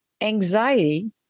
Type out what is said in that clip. Anxiety